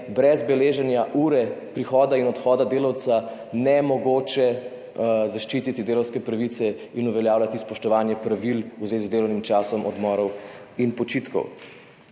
brez beleženja ure prihoda in odhoda delavca nemogoče zaščititi delavske pravice in uveljavljati spoštovanje pravil v zvezi z delovnim časom, odmorom in počitkom.